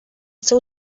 seu